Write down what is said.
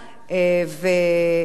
וזה הכול.